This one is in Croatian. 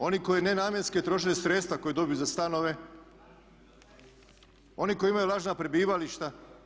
One koji nenamjenski troše sredstva koje dobiju za stanove, one koji imaju lažna prebivališta?